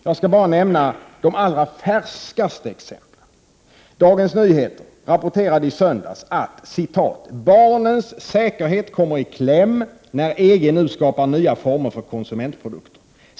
Jag skall bara nämna de allra färskaste exemplen: Dagens Nyheter rapporterade i söndags att ”barnens säkerhet kommer i kläm när EG nu skapar nya normer för konsumentprodukter.